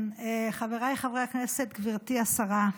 חבריי חברי הכנסת, גברתי השרה,